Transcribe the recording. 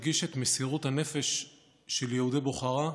הדגיש את מסירות הנפש של יהודי בוכרה,